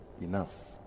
Enough